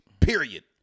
Period